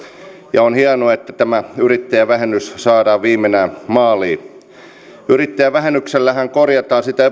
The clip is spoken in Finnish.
ja on hienoa että tämä yrittäjävähennys saadaan viimein maaliin yrittäjävähennyksellähän korjataan sitä